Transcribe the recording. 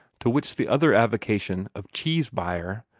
to which the other avocation of cheese-buyer,